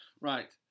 Right